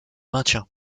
maintien